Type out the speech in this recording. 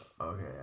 okay